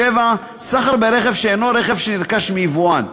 7. סחר ברכב שאינו רכב שנרכש מיבואן,